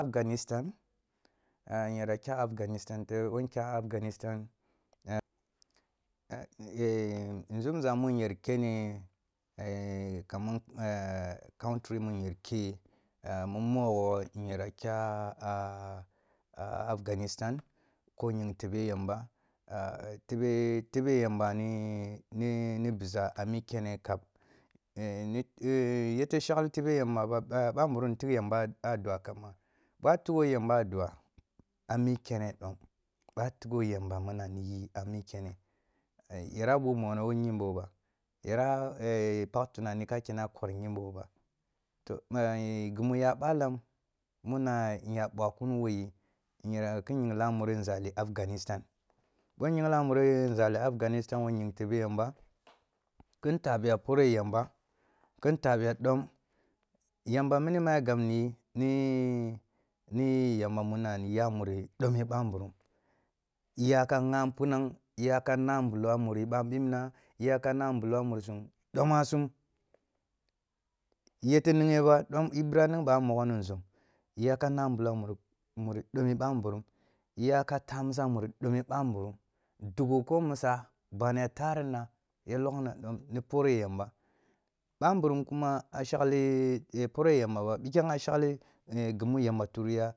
Afghanistan, a nyera kya afghanistan tebe bo nkyam afghanistan nzumza mu nyer kenni a kamar ce kontri mi nyer kye, e mu mogho nyera kya a a abganistan ko ying tebe yamba a tebe-tebe yamba nini biza a mi nyene kap e e yete shagh tebe yamba ba, bamburun tigh yamba a dua kamnga boa tigho yamba dua a mi kene yara bugh yamba wo yambo bo yara e pakh tunani ka kene kwor ymmbo ba to e e gimu ya balam muna nya bwa kun wo yi nijera kin yingla nzali afghanistan bo nyiglam muri nzali afganistan wo ying tebe yamba kin ta biya pore yamba, kin taa biya dom, yamba muni ni ya gab niyi ni-ni yamba mun ani ya muri dome bambunm uyakam gha npunank, iyaka na nbulo a muri ba bibna, iya ka na nbulo a muri sum doma sum iyete nighe ba, dom ibin ning ba mu mogho ni nzum. Iyaka naa mbulo a muri-muri dome bamburum. Iyaka tan musa muri dome bamburum dughu ko musa ban ya tarina ya log na dom, ni pore yamba. Bamburum kuma a shaghe pore yamba ba bukyang a shagh ge mu yamba turri ya